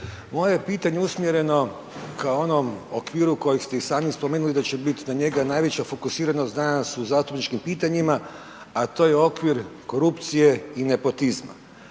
je pitanje usmjereno kao u onom okviru kojeg ste i sami spomenuli da će biti na njega najveća fokusiranost danas u zastupničkim pitanjima, a to je okvir korupcije i nepotizma